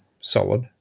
solid